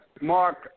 Mark